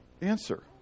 answer